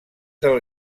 del